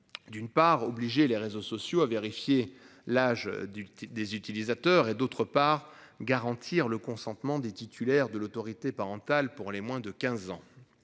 d'une part obliger les réseaux sociaux à vérifier l'âge du des utilisateurs et d'autre part, garantir le consentement des titulaires de l'autorité parentale, pour les moins de 15 ans.